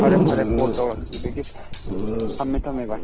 ꯐꯔꯦ ꯐꯔꯦ ꯀꯣꯜ ꯇꯧꯔꯛꯄꯤꯕꯒꯤ ꯊꯝꯃꯦ ꯊꯝꯃꯦ ꯚꯥꯏ